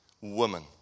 woman